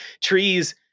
Trees